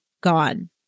gone